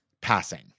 passing